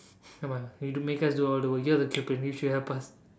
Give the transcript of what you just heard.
come on you to make us do all the work you're the cupid you should help us